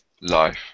Life